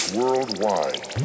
worldwide